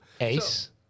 Ace